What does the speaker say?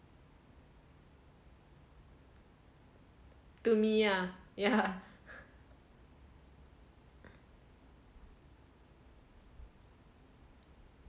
to me ah yeah